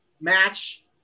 match